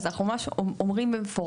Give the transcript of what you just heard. אז אומרים במפורש,